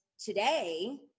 today